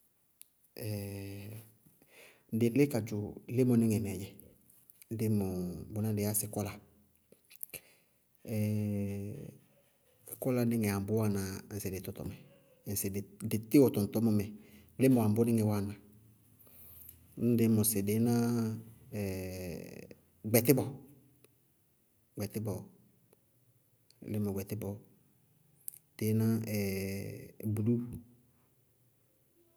dɩ lí ka dzʋ límɔníŋɛ mɛɛ dzɛ, límɔɔ bʋnáá dɩí yá sɩ kɔla. kɔla níŋɛ aŋbʋ wáana dɩ tɔtɔmɛ, ŋsɩ dɩ tíwɔ tɔŋtɔñmɔ, límɔ aŋbʋ níŋɛ wáana? Ñŋ dí mɔsɩ, dɩí ná gbɛtíbɔ, gbɛtíbɔ, límɔ gbɛtíbɔ, dɩí ná límɔ bulúu,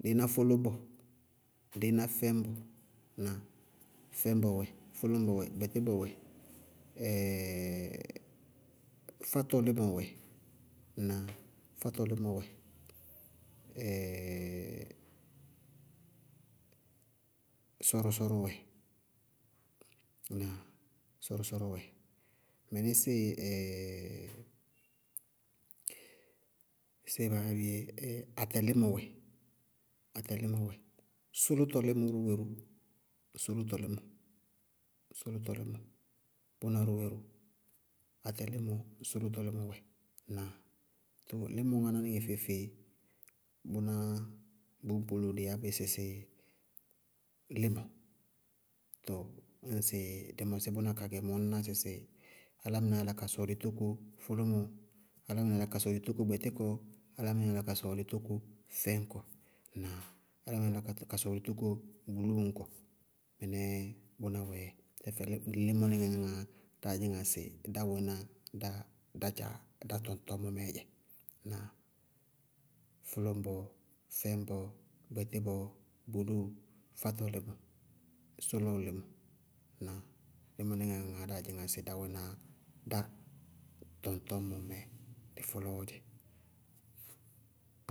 dɩí ná fʋlʋñbɔ, dɩí ná fɛñbɔ, ŋnáa? Fɛñbɔ wɛ, fʋlʋñbɔ wɛ, gbɛtíbɔ wɛ, fátɔlímɔ wɛ, ŋnáa? Fátɔlímɔ wɛ, sɔrɔ- sɔrɔ wɛ, na sɔrɔ- sɔrɔ wɛ. Mɩnísíɩ atɛlímɔ wɛ, atɛlímɔ wɛ, sʋlʋtɔ límɔ wɛ ró, sʋlʋtɔ límɔ, sʋlʋtɔ límɔ, bʋná ró wɛ ró, atɛlímɔ wɛ, sʋlʋtɔ límɔ wɛ, too límɔ ŋáná ñɩŋɩ feé, bʋnáá, bʋʋ gbólo dɩí yá bɩ sɩsɩ límɔ. Tɔɔ ñŋsɩ dɩ mɔsí bʋná ka gɛ mɔɔ, ŋñná sɩsɩ álámɩnáá yála ka sɔɔlɩ tóko fʋlʋmɔɔ, álámɩnáá yála ka sɔɔlɩ tóko gbɛtíkɔ, álámɩnáá yála ka ka sɔɔlɩ tóko fɛñkɔ. Ŋnáa? Álámɩnáá yála ka sɔɔlɩ tóko bulúu ñkɔ, mɩnɛɛ bʋná wɛɛ dzɛ. Tɛfɛ limɔníŋɛ ŋá ŋaá dáá dzɩñŋá sɩ dá wɛná dá dá dzá dá tɔŋtɔñmɔ mɛɛ dzɛ. Ŋnáa? Fʋlʋñbɔ, fɛñbɔ, gbɛtíbɔ, bulúu, fátɔlímɔ sʋlɔɔlímɔ. Ŋnáa? Limɔníŋɛ ŋaá dí dzɩñŋá sɩ dá wɛná dá tɔŋtɔñmɔ mɛɛ dɩ fʋlʋñbɔ dzɛ.